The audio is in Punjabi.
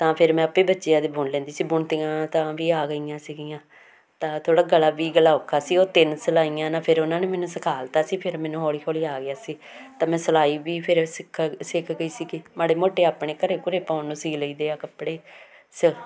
ਤਾਂ ਫਿਰ ਮੈਂ ਆਪ ਬੱਚਿਆਂ ਦੇ ਬੁਣ ਲੈਂਦੀ ਸੀ ਬੁਣਤੀਆਂ ਤਾਂ ਵੀ ਆ ਗਈਆਂ ਸੀਗੀਆਂ ਤਾਂ ਥੋੜ੍ਹਾ ਗਲਾ ਵੀ ਗਲਾ ਔਖਾ ਸੀ ਉਹ ਤਿੰਨ ਸਲਾਈਆਂ ਨਾਲ ਫਿਰ ਉਹਨਾਂ ਨੇ ਮੈਨੂੰ ਸਿਖਾ ਦਿੱਤਾ ਸੀ ਫਿਰ ਮੈਨੂੰ ਹੌਲੀ ਹੌਲੀ ਆ ਗਿਆ ਸੀ ਤਾਂ ਮੈਂ ਸਿਲਾਈ ਵੀ ਫਿਰ ਸਿੱਖ ਸਿੱਖ ਗਈ ਸੀਗੀ ਮਾੜੇ ਮੋਟੇ ਆਪਣੇ ਘਰ ਘੁਰੇ ਪਾਉਣ ਨੂੰ ਸੀ ਲਈਦੇ ਆ ਕੱਪੜੇ ਸ